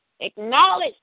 Acknowledge